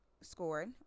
scored